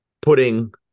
putting